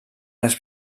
les